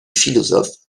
philosophe